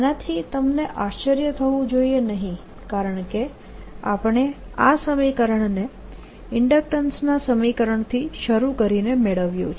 આનાથી તમને આશ્ચર્ય પામવું જોઈએ નહીં કારણકે આપણે આ સમીકરણને ઇન્ડક્ટન્સના સમીકરણથી શરુ કરીને મેળવ્યું છે